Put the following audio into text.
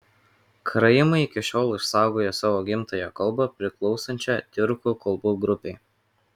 karaimai iki šiol išsaugoję savo gimtąją kalbą priklausančią tiurkų kalbų grupei